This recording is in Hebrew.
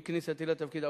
עם כניסתי לתפקיד,